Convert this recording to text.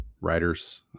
writers